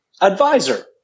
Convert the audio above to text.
Advisor